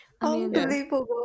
Unbelievable